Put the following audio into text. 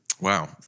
Wow